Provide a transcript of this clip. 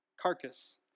carcass